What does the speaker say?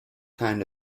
kind